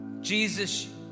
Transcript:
Jesus